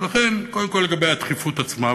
אז לכן, קודם כול לגבי הדחיפות עצמה.